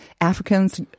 Africans